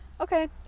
Okay